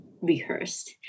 Rehearsed